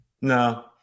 No